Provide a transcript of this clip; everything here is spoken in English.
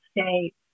state